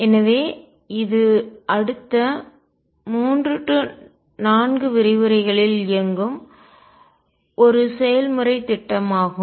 எனவே இது அடுத்த 3 4 விரிவுரைகளில் இயங்கும் ஒரு செயல்முறைத் திட்டம்ஆகும்